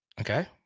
Okay